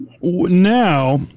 now